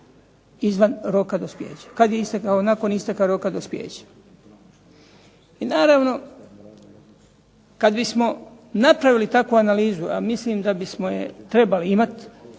izvan roka dospijeća, nakon isteka roka dospijeća. I naravno kada bismo napravili takvu analizu, a mislim da bismo je trebali imati,